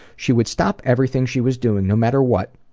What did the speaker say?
she would stop everything she was doing no matter what,